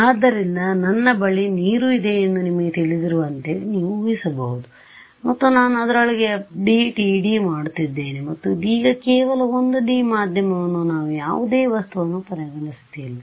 ಆದ್ದರಿಂದ ನನ್ನ ಬಳಿ ನೀರು ಇದೆ ಎಂದು ನಿಮಗೆ ತಿಳಿದಿರುವಂತೆ ನೀವು ಊಹಿಸಬಹುದು ಮತ್ತು ನಾನು ಅದರೊಳಗೆ FDTD ಮಾಡುತ್ತಿದ್ದೇನೆ ಮತ್ತು ಇದೀಗ ಕೇವಲ 1 D ಮಾಧ್ಯಮವನ್ನು ನಾವು ಯಾವುದೇ ವಸ್ತುವನ್ನು ಪರಿಗಣಿಸುತ್ತಿಲ್ಲ